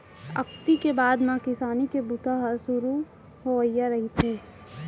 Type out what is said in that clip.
अक्ती के बाद म किसानी के बूता ह सुरू होवइया रहिथे